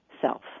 self